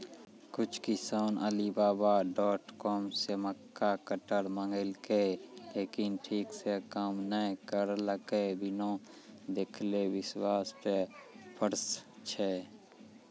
कुछ किसान Alibaba dot com से मक्का कटर मंगेलके लेकिन ठीक से काम नेय करलके, बिना देखले विश्वास पे प्रश्न छै?